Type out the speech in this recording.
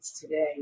today